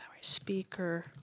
Speaker